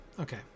okay